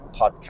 podcast